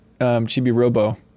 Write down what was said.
Chibi-Robo